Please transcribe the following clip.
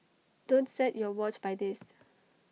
don't set your watch by this